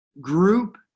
group